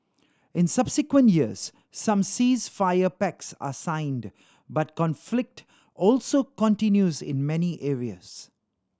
in subsequent years some ceasefire pacts are signed but conflict also continues in many areas